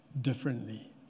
differently